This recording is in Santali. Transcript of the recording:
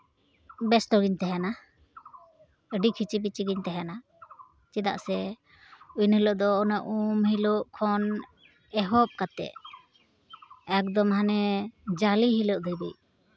ᱵᱮᱥᱛᱚ ᱜᱤᱧ ᱛᱟᱦᱮᱱᱟ ᱟᱹᱰᱤ ᱠᱷᱤᱪᱤ ᱵᱤᱪᱤ ᱜᱤᱧ ᱛᱟᱦᱮᱱᱟ ᱪᱮᱫᱟᱜ ᱥᱮ ᱮᱱᱦᱤᱞᱳᱜ ᱫᱚ ᱤᱱᱟᱹᱜ ᱩᱢ ᱦᱤᱞᱳᱜ ᱠᱷᱚᱱ ᱮᱦᱚᱵ ᱠᱟᱛᱮᱫ ᱮᱠᱫᱚᱢ ᱦᱟᱱᱮ ᱡᱟᱞᱮ ᱦᱤᱞᱳᱜ ᱫᱷᱟᱹᱵᱤᱡ